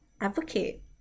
advocate